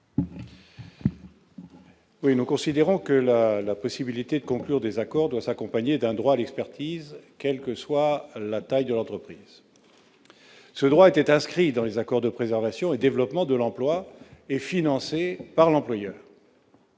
Tourenne. La possibilité de conclure de tels accords doit s'accompagner d'un droit à l'expertise, quelle que soit la taille de l'entreprise. Ce droit était inscrit dans les accords de préservation et de développement de l'emploi et financé par l'employeur.